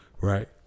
Right